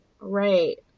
Right